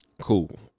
cool